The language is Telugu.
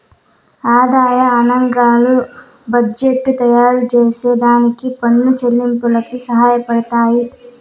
ఆదాయ గనాంకాలు బడ్జెట్టు తయారుచేసే దానికి పన్ను చెల్లింపులకి సహాయపడతయ్యి